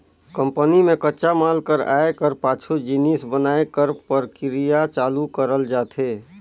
company में कच्चा माल कर आए कर पाछू जिनिस बनाए कर परकिरिया चालू करल जाथे